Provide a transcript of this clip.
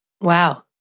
Wow